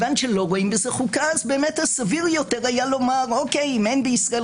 נאפשר למומחים להתייחס וננסה לשלב